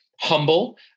humble